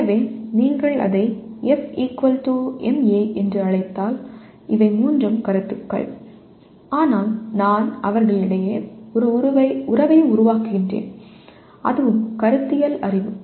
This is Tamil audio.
எனவே நீங்கள் அதை F ma என்று அழைத்தால் இவை மூன்றும் கருத்துக்கள் ஆனால் நான் அவர்களிடையே ஒரு உறவை உருவாக்குகிறேன் அதுவும் கருத்தியல் அறிவு